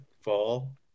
Fall